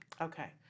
Okay